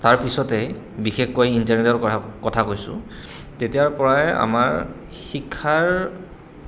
তাৰপিছতে বিশেষকৈ ইণ্টাৰনেটৰ কথা কথা কৈছোঁ তেতিয়াৰ পৰাই আমাৰ শিক্ষাৰ